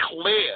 clear